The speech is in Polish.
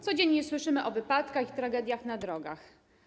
Codziennie słyszymy o wypadkach i tragediach na drogach.